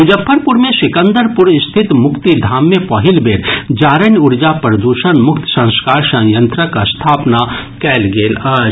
मुजफ्फरपुर मे सिकंदरपुर स्थित मुक्तिधाम मे पहिल बेर जारनि ऊर्जा प्रदूषण मुक्त संस्कार संयंत्रक स्थापना कयल गेल अछि